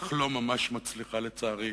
אך לא ממש מצליחה לצערי.